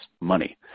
money